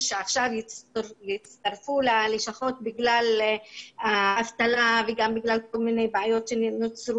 שזה דבר שאנחנו צריכים לעבוד עליו מול המשרד על-מנת שנוכל